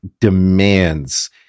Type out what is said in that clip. demands